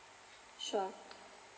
sure